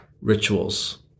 rituals